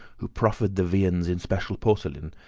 who proffered the viands in special porcelain,